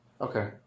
Okay